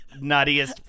nuttiest